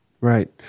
right